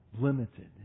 limited